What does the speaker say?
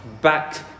back